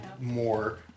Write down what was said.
more